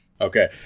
okay